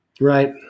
Right